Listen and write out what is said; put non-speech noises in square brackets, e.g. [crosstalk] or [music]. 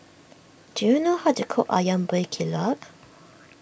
do you know how to cook Ayam Buah Keluak [noise]